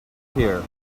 here